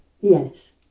yes